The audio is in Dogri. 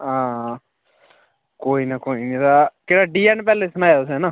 हां कोई ना कोई नेईं एह्दा केह्ड़ा डीऐन्न पैलेस सनाया तुसें ऐ ना